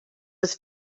was